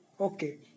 okay